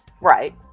Right